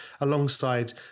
alongside